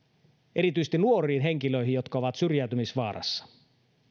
erityisesti nuoriin henkilöihin jotka ovat syrjäytymisvaarassa